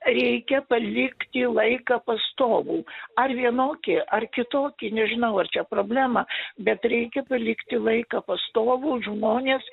reikia palikti laiką pastovų ar vienokį ar kitokį nežinau ar čia problema bet reikia palikti laiką pastovų žmonės